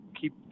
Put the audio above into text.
keep